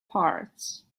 parts